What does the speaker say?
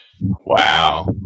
wow